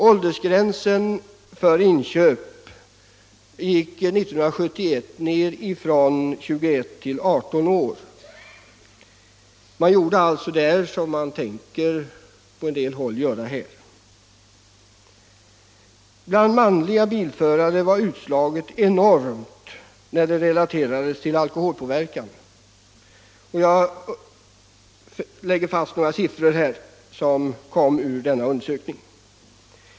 Åldersgränsen för inköp sänktes där 1971 från 21 till 18 år. Man gjorde alltså där som en del vill göra här. Bland manliga bilförare var utslaget enormt när det relaterades till alkoholpåverkan. Jag har här några siffror som kom fram vid denna undersökning.